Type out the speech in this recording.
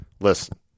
Listen